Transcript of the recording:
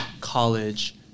college